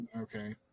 Okay